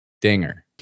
Dinger